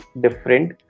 different